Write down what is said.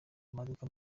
amaduka